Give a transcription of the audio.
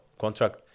contract